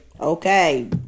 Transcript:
Okay